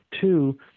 Two